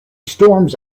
storms